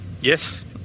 Yes